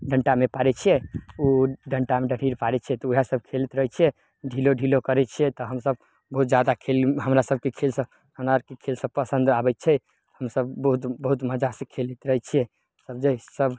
डन्टामे पारय छियै ओ डन्टामे लकीर पारय छियै तऽ वएह सभ खेलैत रहय छियै ढिलो ढिलो करय छियै तऽ हमसभ बहुत जादा खेल हमरा सभके खेलसँ हमरा अरके खेल सभ पसन्द आबय छै हमसभ बहुत बहुत मजासँ खेलैत रहय छियै सभ जे सभ